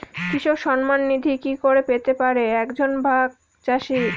কৃষক সন্মান নিধি কি করে পেতে পারে এক জন ভাগ চাষি?